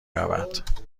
رود